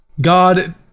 God